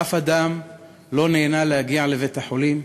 אף אדם לא נהנה להגיע לבית-החולים,